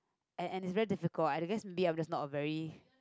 and and it's very difficult I guess maybe I'm just not a very